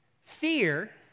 Fear